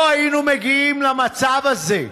לא היינו מגיעים למצב הזה.